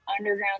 underground